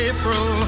April